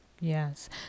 Yes